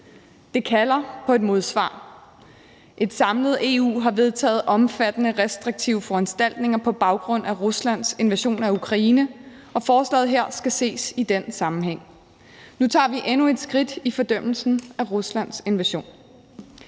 Det kalder på et modsvar. Et samlet EU har vedtaget omfattende restriktive foranstaltninger på baggrund af Ruslands invasion af Ukraine, og forslaget her skal ses i den sammenhæng. Nu tager vi endnu et skridt i fordømmelsen af Ruslands invasion.